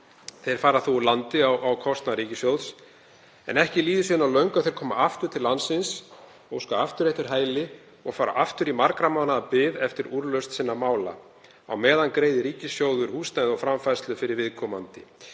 Þeir fara úr landi á kostnað ríkissjóðs en ekki líður á löngu þar til þeir koma aftur til landsins, óska aftur eftir hæli og fara aftur í margra mánaða bið eftir úrlausn sinna mála. Á meðan greiðir ríkissjóður húsnæði og framfærslu fyrir viðkomandi.